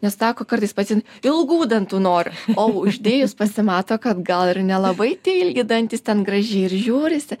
nes sako kartais pacientai ilgų dantų noriu o uždėjus pasimato kad gal ir nelabai tie ilgi dantys ten gražiai ir žiūrisi